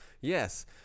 yes